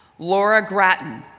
laura grattan,